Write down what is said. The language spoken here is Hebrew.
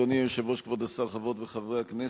אדוני היושב-ראש, כבוד השר, חברות וחברי הכנסת,